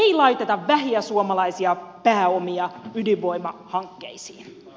ei laiteta vähiä suomalaisia pääomia ydinvoimahankkeisiin